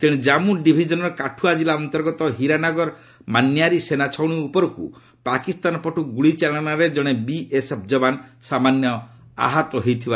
ତେଣେ ଜାନ୍ଧୁ ଡିଭିଜନର କାଠୁଆ ଜିଲ୍ଲା ଅନ୍ତର୍ଗତ ହୀରାନଗର ମାନ୍ୟାରୀ ସେନା ଛାଉଣି ଉପରକୁ ପାକିସ୍ତାନ ପଟୁ ଗୁଳିଚାଳନାରେ ଜଣେ ବିଏସ୍ଏଫ୍ ଯବାନ ସାମାନ୍ୟ ଆହତ ହୋଇଛନ୍ତି